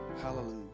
Hallelujah